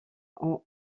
ont